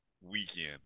weekend